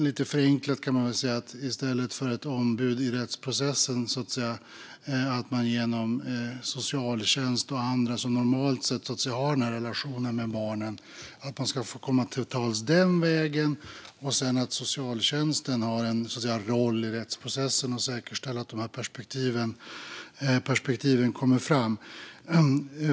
Lite förenklat kan man väl säga att i stället för genom ett ombud i rättsprocessen ska de få komma till tals genom socialtjänst och andra som normalt sett har den här relationen med barnen. Och socialtjänsten har då en roll i rättsprocessen att säkerställa att dessa perspektiv kommer fram.